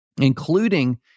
including